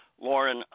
Lauren